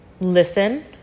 listen